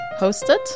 hosted